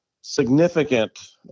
significant